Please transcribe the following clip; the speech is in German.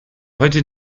heute